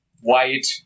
white